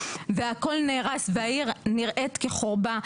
והכל נהרס והעיר נראית כחורבה.